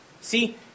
See